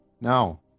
No